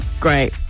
Great